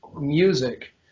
music